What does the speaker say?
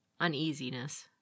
uneasiness